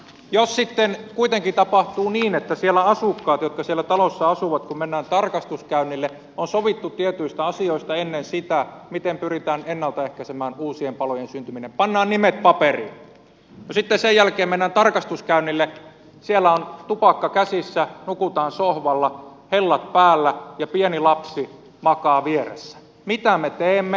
jos sitten kuitenkin tapahtuu niin että siellä asuu kaa tyyppisellä talossa asuva mennään vaikka on sovittu tietyistä asioista miten pyritään ennalta ehkäisemään uusien palojen syntyminen on pantu nimet paperiin ja sitten kun sen jälkeen mennään tarkastuskäynnille siellä asukkailla jotka siellä asuvat on tupakka käsissä nukutaan sohvalla hellat päällä ja pieni lapsi makaa vieressä niin mitä me teemme